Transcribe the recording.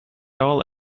all